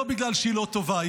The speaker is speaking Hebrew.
לא בגלל שהיא לא טובה.